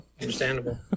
Understandable